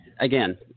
again